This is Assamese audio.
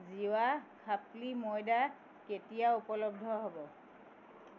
জিৱা খাপ্লি ময়দা কেতিয়া উপলব্ধ হ'ব